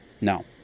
no